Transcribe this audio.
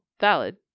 Valid